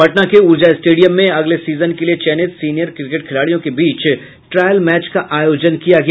पटना के ऊर्जा स्टेडियम में अगले सीजन के लिये चयनित सीनियर क्रिकेट खिलाड़ियों के बीच ट्रायल मैच का आयोजन किया गया